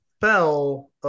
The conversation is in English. fell